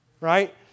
right